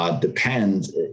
depends